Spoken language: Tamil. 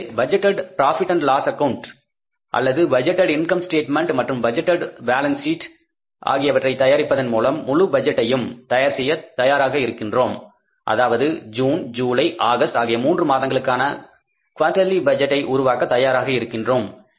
எனவே budgeted profit and loss account அல்லது பட்ஜெட்டேட் இன்கம் ஸ்டேட்மெண்ட் மற்றும் பட்ஜெட்டேட் பேலன்ஸ் சீட் ஆகியவற்றை தயாரிப்பதன் மூலம் முழு பட்ஜெட்டையும் தயார் செய்ய தயாராக இருக்கின்றோம் அதாவது ஜூன் ஜூலை ஆகஸ்ட் ஆகிய மூன்று மாதங்களுக்கான குவார்டேர்லி பட்ஜெட்டை உருவாக்க தயாராக இருக்கின்றோம்